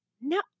no